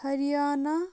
Haryana